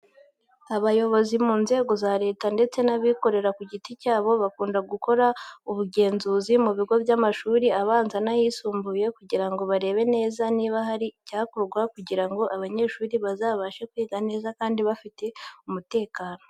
Abayobozi mu nzego za Leta ndetse n'abikorera ku giti cyabo, bakunda gukora ubugenzuzi mu bigo by'amashuri abanza ndetse n'ayisumbuye kugira ngo barebe neza niba hari icyakorwa kugira ngo abanyeshuri bazabashe kwiga neza kandi bafite umutekano.